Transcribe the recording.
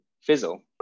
fizzle